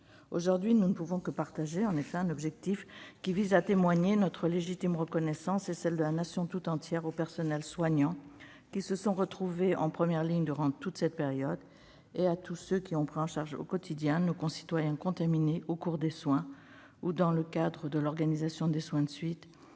Aujourd'hui, nous ne pouvons que partager cet objectif visant à témoigner notre légitime reconnaissance, et celle de la Nation tout entière, aux personnels soignants qui se sont retrouvés en première ligne durant toute cette période, et à tous ceux qui ont pris en charge au quotidien nos concitoyens contaminés au cours des soins ou dans le cadre de l'organisation des soins de suite,